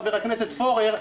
חבר הכנסת פורר,